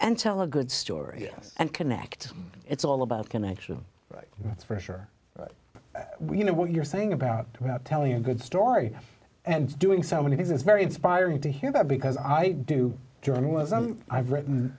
and tell a good story and connect it's all about connection that's for sure you know what you're saying about telling a good story and doing so many things it's very inspiring to hear that because i do journalism i've written